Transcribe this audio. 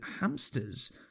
hamsters